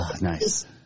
Nice